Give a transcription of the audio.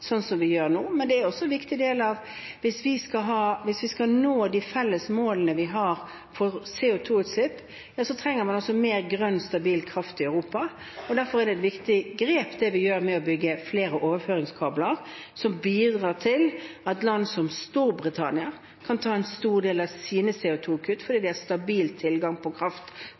sånn som vi gjør nå. Men hvis vi skal nå de felles målene vi har for CO2-utslipp, trenger man mer grønn, stabil kraft i Europa. Derfor er det et viktig grep vi gjør med å bygge flere overføringskabler, som bidrar til at land som Storbritannia kan ta en stor del av sine CO2-kutt fordi de har stabil tilgang på kraft